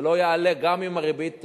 זה לא יעלה גם אם הריבית תעלה.